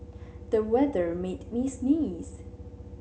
the weather made me sneeze